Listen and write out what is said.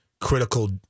critical